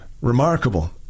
remarkable